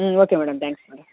okay madam thank you madam